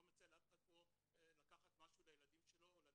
לא מציע לאף אחד פה לקחת משהו לילדים שלו או לנכדים,